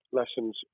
lessons